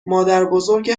مادربزرگ